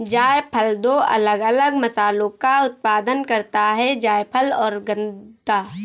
जायफल दो अलग अलग मसालों का उत्पादन करता है जायफल और गदा